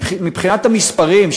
מבחינת המספרים,